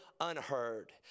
unheard